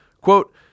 Quote